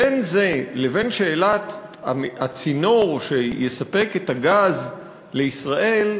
בין זה לבין שאלת הצינור שיספק את הגז לישראל,